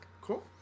Cool